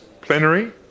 plenary